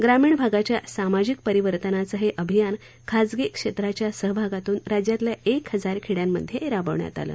ग्रामीण भागाच्या सामाजिक परिवर्तनाचं हे अभियान खाजगी क्षेत्राच्या सहभागातून राज्यातल्या एक हजार खेड्यांमधे राबवण्यात आलं